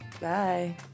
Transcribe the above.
Bye